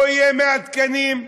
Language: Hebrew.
לא יהיה 100 תקנים,